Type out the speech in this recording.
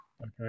Okay